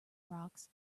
rocks